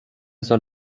soll